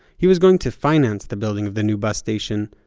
he was going to finance the building of the new bus station.